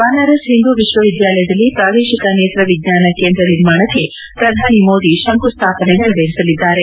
ಬನಾರಸ್ ಹಿಂದೂ ವಿಶ್ವವಿದ್ವಾಲಯದಲ್ಲಿ ಪ್ರಾದೇಶಿಕ ನೇತ್ರ ವಿಜ್ಞಾನ ಕೇಂದ್ರ ನಿರ್ಮಾಣಕ್ಕೆ ಪ್ರಧಾನಿ ಮೋದಿ ಶಂಕುಸ್ಥಾಪನೆ ನೆರವೇರಿಸಲಿದ್ದಾರೆ